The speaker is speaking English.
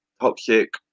toxic